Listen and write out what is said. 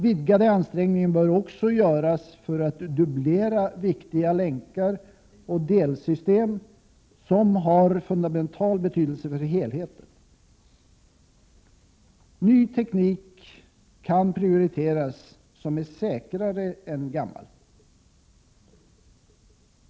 Vidgade ansträngningar bör också göras för att dubblera viktiga länkar och delsystem som har fundamental betydelse för helheten. Ny teknik som är säkrare än gammal kan prioriteras.